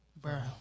Bro